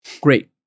great